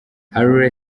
haile